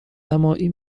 نمایی